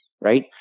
right